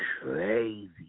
crazy